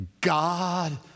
God